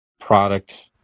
product